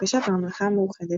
לבקשת הממלכה המאוחדת,